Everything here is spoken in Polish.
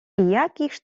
jakiż